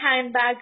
handbag